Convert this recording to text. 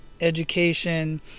education